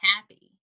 happy